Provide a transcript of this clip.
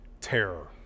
Terror